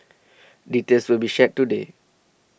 details will be shared today